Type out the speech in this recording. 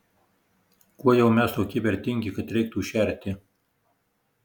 kuo jau mes tokie vertingi kad reiktų šerti